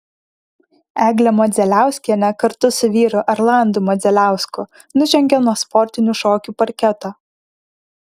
eglė modzeliauskienė kartu su vyru arlandu modzeliausku nužengė nuo sportinių šokių parketo